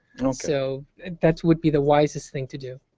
you know so that would be the wisest thing to do.